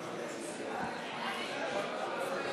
נתקבל.